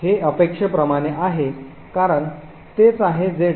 हे अपेक्षेप्रमाणे आहे कारण तेच आहे जे driver